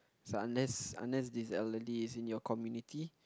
so unless unless these elderlies is in your community